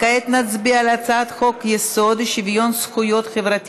כעת נצביע על הצעת חוק-יסוד: שוויון זכויות חברתי